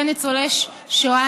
את הצעת החוק שרת המשפטים.